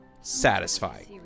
Satisfied